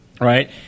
right